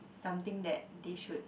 something that they should